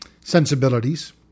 sensibilities